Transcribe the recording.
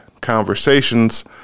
Conversations